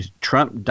Trump